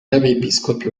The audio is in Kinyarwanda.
y’abepisikopi